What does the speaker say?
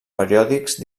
periòdics